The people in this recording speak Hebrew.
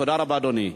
תודה רבה, אדוני.